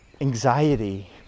anxiety